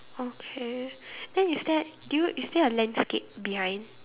okay then is there do you is there a landscape behind